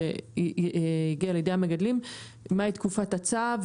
אבל שיגיע לידי המגדלים מהי תקופת הצו,